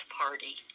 party